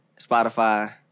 Spotify